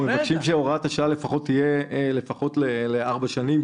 אנחנו מבקשים שהוראת השעה תהיה לפחות לארבע שנים,